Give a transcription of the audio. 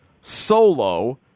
Solo